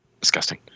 Disgusting